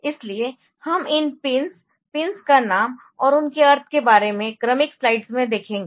इसलिए हम इन पिन्स पिन्स का नाम और उनके अर्थ के बारे में क्रमिक स्लाइड्स में देखेंगे